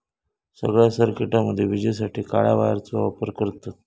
सगळ्या सर्किटामध्ये विजेसाठी काळ्या वायरचो वापर करतत